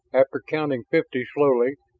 after counting fifty slowly,